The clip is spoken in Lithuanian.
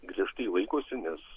griežtai laikosi nes